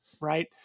right